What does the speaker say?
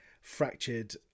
fractured